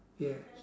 yes